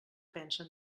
pensen